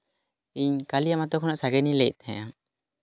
ᱤᱧ ᱠᱟᱹᱞᱤᱭᱟᱹ ᱟᱛᱳ ᱠᱷᱚᱱᱟᱜ ᱥᱟᱜᱮᱱ ᱤᱧ ᱞᱟᱹᱭᱮᱜ ᱛᱟᱦᱮᱸᱜᱼᱟ